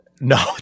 No